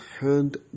hand